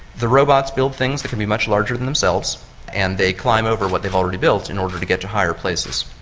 the robots build things that can be much larger than themselves and they climb over what they have already built in order to get to higher places.